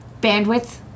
bandwidth